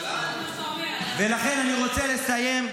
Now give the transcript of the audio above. לכן, אני רוצה לסיים,